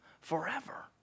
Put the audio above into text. forever